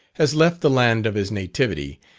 has left the land of his nativity,